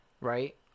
right